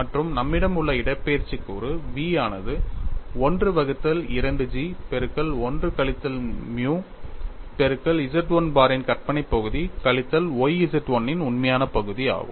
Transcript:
மற்றும் நம்மிடம் உள்ள இடப்பெயர்ச்சி கூறு v ஆனது 1 வகுத்தல் 2 G பெருக்கல் 1 கழித்தல் மியூ பெருக்கல் Z 1 பாரின் கற்பனை பகுதி கழித்தல் y Z 1 இன் உண்மையான பகுதி ஆகும்